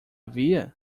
via